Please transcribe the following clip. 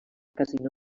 casino